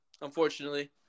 unfortunately